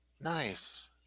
Nice